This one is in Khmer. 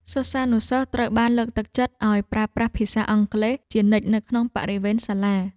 សិស្សានុសិស្សត្រូវបានលើកទឹកចិត្តឱ្យប្រើប្រាស់ភាសាអង់គ្លេសជានិច្ចនៅក្នុងបរិវេណសាលា។